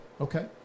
Okay